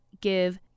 give